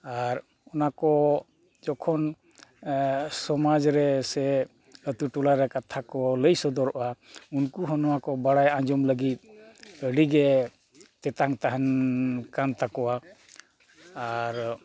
ᱟᱨ ᱚᱱᱟ ᱠᱚ ᱡᱚᱠᱷᱚᱱ ᱥᱚᱢᱟᱡᱽ ᱨᱮ ᱥᱮ ᱟᱹᱛᱩ ᱴᱚᱞᱟ ᱨᱮ ᱠᱟᱛᱷᱟ ᱠᱚ ᱞᱟᱹᱭ ᱥᱚᱫᱚᱨᱚᱜᱼᱟ ᱩᱱᱠᱩ ᱦᱚᱸ ᱱᱚᱣᱟ ᱠᱚ ᱵᱟᱲᱟᱭ ᱟᱡᱚᱢ ᱞᱟᱹᱜᱤᱫ ᱟᱹᱰᱤ ᱜᱮ ᱛᱮᱛᱟᱝ ᱛᱟᱦᱮᱱ ᱠᱟᱱ ᱛᱟᱠᱚᱣᱟ ᱟᱨ